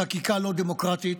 בחקיקה לא דמוקרטית,